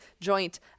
joint